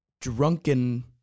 drunken